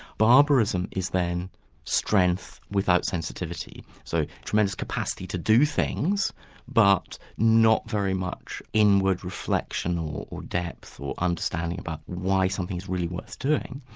barbarism is then strength without sensitivity. so a tremendous capacity to do things but not very much inward reflection or or depth, or understanding about why something's really worth doing.